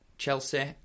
Chelsea